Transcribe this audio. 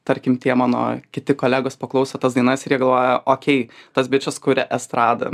tarkim tie mano kiti kolegos paklauso tas dainas ir jie galvoja okei tas bičas kurią estradą